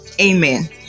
amen